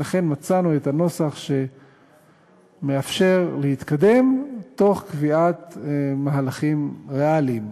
ולכן מצאנו את הנוסח שמאפשר להתקדם תוך קביעת מהלכים ריאליים,